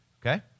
okay